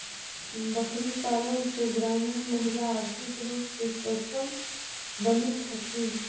बकरीपालन से ग्रामीण महिला आर्थिक रूप से सक्षम बनित हथीन